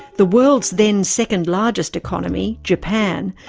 the world's then second largest economy, japan,